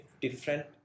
different